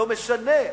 לא משנה,